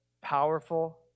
powerful